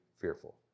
fearful